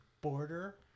border